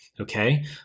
okay